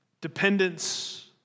dependence